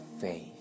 faith